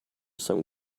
some